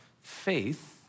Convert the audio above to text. faith